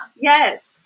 Yes